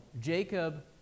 Jacob